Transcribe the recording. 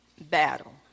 battle